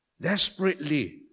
desperately